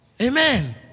Amen